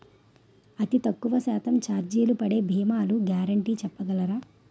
అతి తక్కువ శాతం ఛార్జీలు పడే భీమాలు గ్యారంటీ చెప్పగలరా?